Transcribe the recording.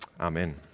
Amen